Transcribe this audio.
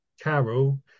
Carol